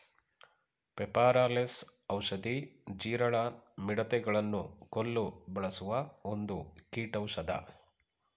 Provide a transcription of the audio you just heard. ಪೆಪಾರ ಲೆಸ್ ಔಷಧಿ, ಜೀರಳ, ಮಿಡತೆ ಗಳನ್ನು ಕೊಲ್ಲು ಬಳಸುವ ಒಂದು ಕೀಟೌಷದ